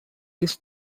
this